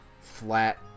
flat